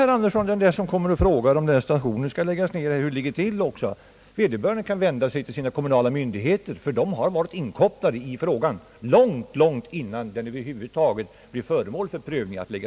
Herr Andersson kan svara den som kommer och frågar om stationen skall läggas ned, att han kan vända sig till sina kommunala myndigheter, ty de har varit inkopplade i frågan om nedläggning långt innan den över huvud taget blivit föremål för prövning.